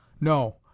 No